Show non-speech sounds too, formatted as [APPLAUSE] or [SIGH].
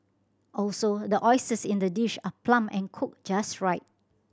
also the [UNINTELLIGIBLE] in the dish are plump and cooked just right